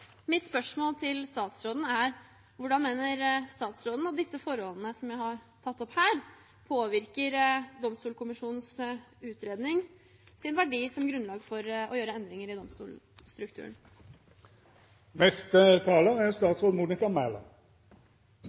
mitt spørsmål til statsråden er: Hvordan mener statsråden at disse forholdene som jeg har tatt opp her, påvirker Domstolkommisjonens utrednings verdi som grunnlag for å gjøre endringer i domstolstrukturen?